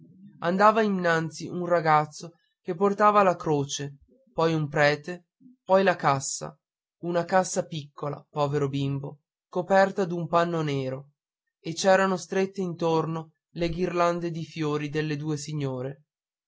andava innanzi un ragazzo che portava la croce poi un prete poi la cassa una cassa piccola piccola povero bimbo coperta d'un panno nero e c'erano strette intorno le ghirlande di fiori delle due signore